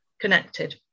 connected